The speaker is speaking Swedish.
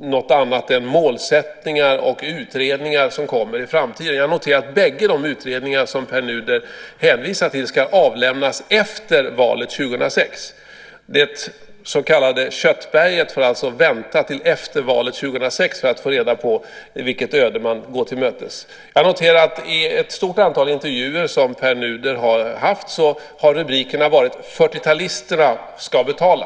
något annat än målsättningar och utredningar som kommer i framtiden. Jag noterar att bägge de utredningar som Pär Nuder hänvisar till ska avlämnas efter valet 2006. Det så kallade köttberget får alltså vänta till efter valet 2006 för att få reda på vilket öde man går till mötes. Jag noterar att i ett stort antal intervjuer med Pär Nuder har rubrikerna varit: 40-talisterna ska betala.